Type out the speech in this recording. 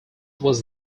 was